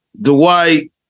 Dwight